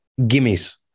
gimmies